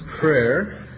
Prayer